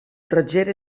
roger